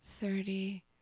thirty